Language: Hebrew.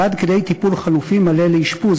ועד כדי טיפול חלופי מלא לאשפוז,